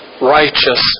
righteous